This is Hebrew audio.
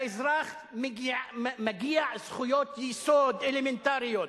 לאזרח מגיעות זכויות יסוד אלמנטריות.